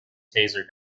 taser